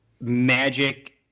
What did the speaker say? magic